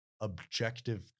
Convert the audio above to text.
objective